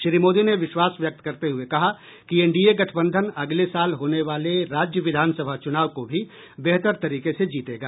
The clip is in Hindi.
श्री मोदी ने विश्वास व्यक्त करते हुए कहा कि एनडीए गठबंधन अगले साल होने वाले राज्य विधानसभा चुनाव को भी बेहतर तरीके से जीतेगा